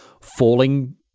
falling